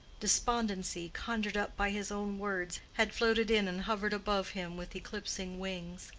despondency, conjured up by his own words, had floated in and hovered above him with eclipsing wings.